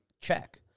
check